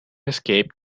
escaped